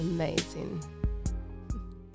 Amazing